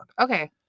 Okay